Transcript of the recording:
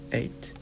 eight